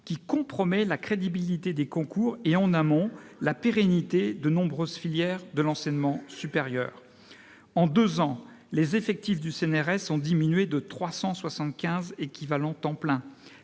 qui compromet la crédibilité des concours et, en amont, la pérennité de nombreuses filières de l'enseignement supérieur. En deux ans, les effectifs du CNRS ont diminué de 375 équivalents temps plein.